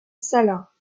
salins